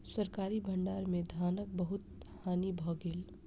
सरकारी भण्डार में धानक बहुत हानि भ गेल